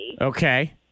Okay